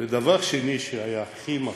ודבר שני, שהיה הכי מרשים: